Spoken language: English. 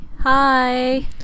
Hi